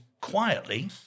Quietly